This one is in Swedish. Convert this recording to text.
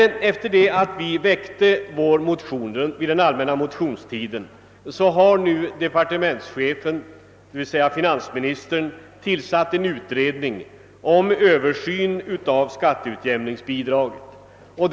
Efter det att vi väckte våra motioner under den allmänna motionstiden har finansministern tillsatt en utredning om översyn av skatteutjämningsbidragen.